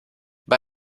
bei